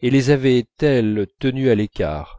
et les avaient-elles tenues à l'écart